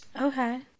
okay